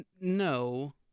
No